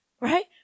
right